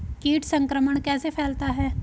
कीट संक्रमण कैसे फैलता है?